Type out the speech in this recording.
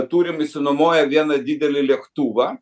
turim išsinuomoję vieną didelį lėktuvą